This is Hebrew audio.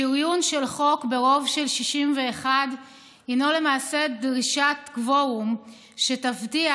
שריון של חוק ברוב של 61 הינו למעשה דרישת קוורום שתבטיח